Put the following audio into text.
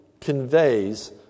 conveys